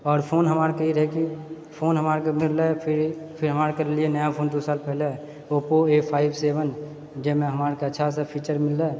आओर फोन हमरा आरकेई रहए कि फोन हमरा आरके मिलले फिर फिर हमरा आरके लिअऽ नया फोन दू साल पहले ओप्पो ए फाइव सेवन जहिमे हमरा आरके अच्छासँ फीचर मिललै